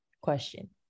question